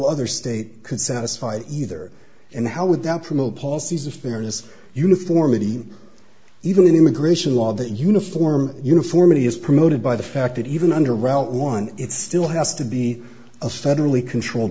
other state could satisfy either and how would that promote policies of fairness uniformity even in immigration law that uniform uniformity is promoted by the fact that even under route one it still has to be a federally controlled